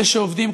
אלה שעובדים,